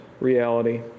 reality